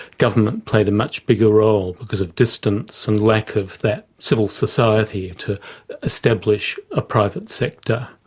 government played a much bigger role because of distance and lack of that civil society to establish a private sector.